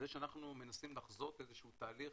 זה שאנחנו מנסים לחזות איזה שהוא תהליך